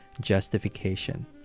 justification